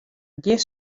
gjin